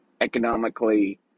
economically